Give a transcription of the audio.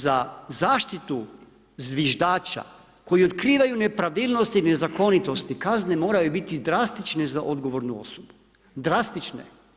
Za zaštitu zviždača koji otkrivaju nepravilnosti i nezakonitosti, kazne moraju biti drastične za odgovoru osobu, drastične.